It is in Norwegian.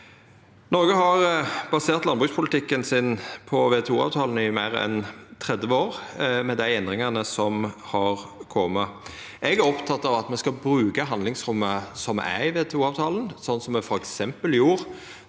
Noreg har basert landbrukspolitikken sin på WTOavtalen i meir enn 30 år, med dei endringane som har kome. Eg er oppteken av at me skal bruka handlingsrommet som er i WTO-avtalen, slik me f.eks. gjorde